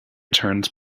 turns